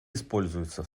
используются